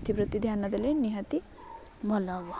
ଏଥିପ୍ରତି ଧ୍ୟାନ ଦେଲେ ନିହାତି ଭଲ ହବ